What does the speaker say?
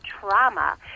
trauma